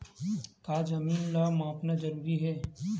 का जमीन ला मापना जरूरी हे?